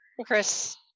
Chris